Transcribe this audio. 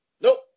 Nope